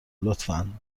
لطفا